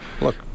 look